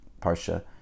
Parsha